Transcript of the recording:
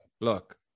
Look